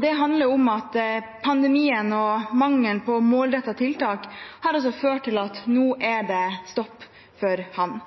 Det handler om at pandemien og mangelen på målrettede tiltak har ført til at det nå er stopp for han.